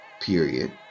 period